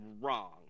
wrong